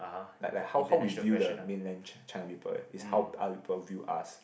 like like how how we view the Mainland China people uh is how other people view us